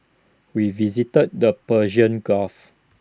we visited the Persian gulf